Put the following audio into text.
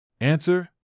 Answer